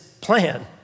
plan